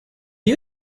you